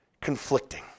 conflicting